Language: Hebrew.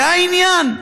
זה העניין?